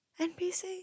NPC